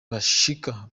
bashika